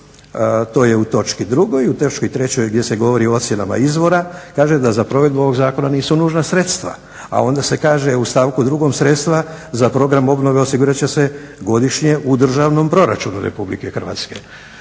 to je u točki 2.i u točki 3.gdje se govori o ocjenama izvora, kaže da za provedbu ovog zakona nisu nužna sredstva, a onda se kaže u stavku 2.sredstva za program obnove osigurat će se godišnje u državnom proračunu RH. bila je